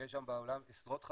יש היום בעולם עשרות חברות,